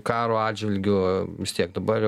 karo atžvilgiu vis tiek dabar